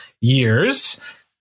years